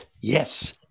Yes